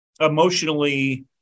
emotionally